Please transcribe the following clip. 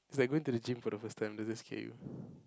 is like going to the gym for the first time does it scare you